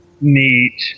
Neat